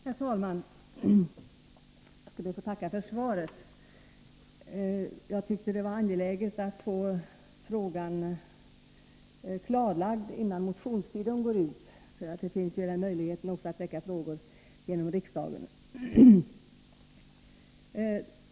Herr talman! Jag skall be att få tacka för svaret. Jag tycker att det var angeläget att få frågan klarlagd innan motionstiden går ut, eftersom det finns möjlighet att väcka frågor genom riksdagen.